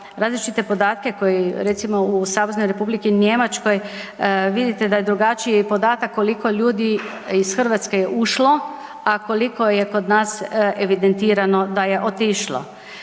različite podatke recimo u SR Njemačkoj vidite da je drugačiji podatak koliko ljudi iz Hrvatske je ušlo, a koliko je kod nas evidentirano da je otišlo.